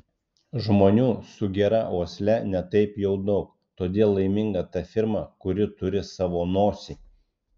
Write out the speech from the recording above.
žmonių sugeria uosle ne taip jau daug todėl laiminga ta firma kuri turi savo nosį